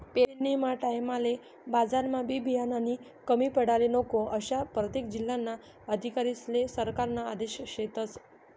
पेरनीना टाईमले बजारमा बी बियानानी कमी पडाले नको, आशा परतेक जिल्हाना अधिकारीस्ले सरकारना आदेश शेतस